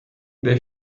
they